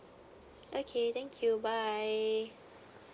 okay thank you bye